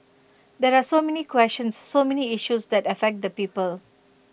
there are so many questions so many issues that affect the people